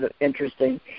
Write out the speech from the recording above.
interesting